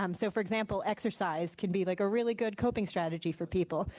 um so for example, exercise can be like a really good coping strategy for people.